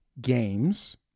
games